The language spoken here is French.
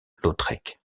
lautrec